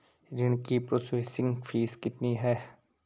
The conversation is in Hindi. ऋण की प्रोसेसिंग फीस कितनी है?